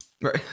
right